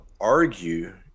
argue